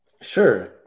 Sure